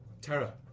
Tara